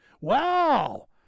Wow